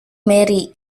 mary